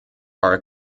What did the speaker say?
are